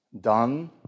done